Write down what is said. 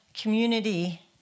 community